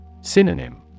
Synonym